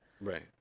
Right